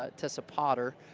ah tesa potter,